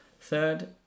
Third